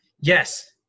Yes